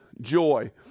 joy